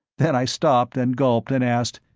then i stopped and gulped and asked,